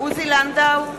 עוזי לנדאו,